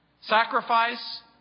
Sacrifice